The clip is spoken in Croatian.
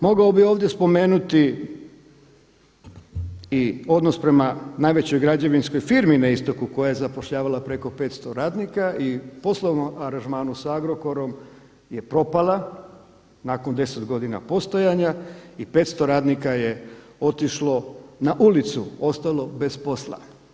Mogao bih ovdje spomenuti i odnos prema najvećoj građevinskoj firmi na istoku koja je zapošljavala preko 500 radnika i u poslovnom aranžmanu sa Agrokorom je propala nakon deset godina postojanja i 500 radnika je otišlo na ulicu, ostalo bez posla.